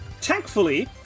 thankfully